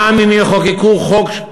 גם אם יחוקקו חוק,